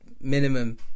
minimum